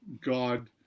God